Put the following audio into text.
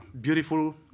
beautiful